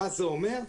מה זה אומר?